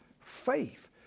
Faith